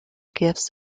gifts